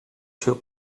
się